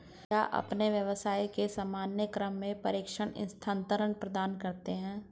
क्या आप अपने व्यवसाय के सामान्य क्रम में प्रेषण स्थानान्तरण प्रदान करते हैं?